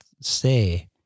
say